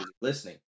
listening